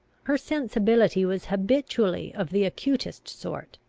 her sensibility was habitually of the acutest sort,